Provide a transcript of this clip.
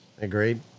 Agreed